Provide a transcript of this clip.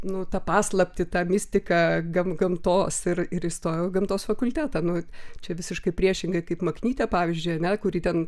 nu tą paslaptį tą mistiką gam gamtos ir ir įstojau į gamtos fakultetą nu čia visiškai priešingai kaip maknytė pavyzdžiui ane kuiį ten